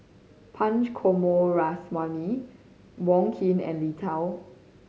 Punch Coomaraswamy Wong Keen and Li Tao